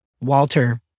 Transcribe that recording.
Walter